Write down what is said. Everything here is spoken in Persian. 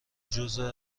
جزعی